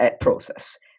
process